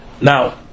Now